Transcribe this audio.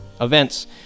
Events